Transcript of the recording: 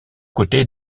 côté